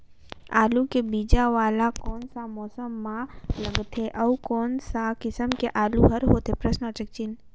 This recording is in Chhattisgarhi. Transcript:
आलू के बीजा वाला कोन सा मौसम म लगथे अउ कोन सा किसम के आलू हर होथे?